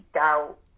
out